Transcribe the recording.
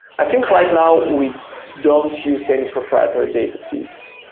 i think right now we don't use any proprietary data feeds.